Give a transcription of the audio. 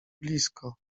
blisko